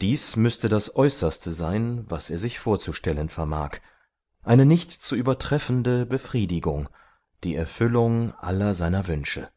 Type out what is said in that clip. dies müßte das äußerste sein was er sich vorzustellen vermag eine nicht zu übertreffende befriedigung die erfüllung aller seiner wünsche